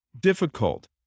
difficult